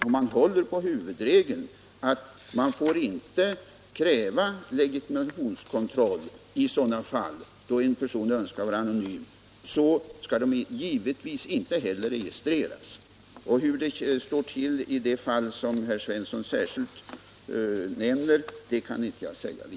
Om man håller på huvudregeln, att legitimationskontroll inte får krävas i sådana fall då en person önskar vara anonym, skall han givetvis inte heller registreras. Hur det förhåller sig i det fall som herr Svensson särskilt nämnde kan jag inte svara på.